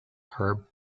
herb